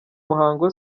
muhango